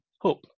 hope